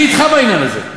אני אתך בעניין הזה.